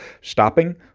stopping